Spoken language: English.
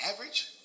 Average